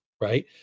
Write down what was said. right